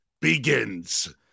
begins